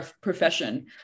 profession